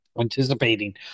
anticipating